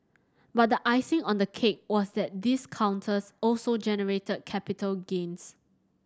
but the icing on the cake was that these counters also generated capital gains